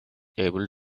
able